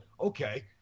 Okay